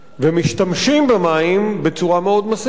ומשתמשים במים בצורה מאוד מסיבית.